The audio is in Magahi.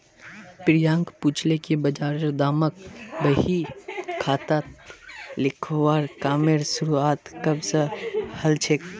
प्रियांक पूछले कि बजारेर दामक बही खातात लिखवार कामेर शुरुआत कब स हलछेक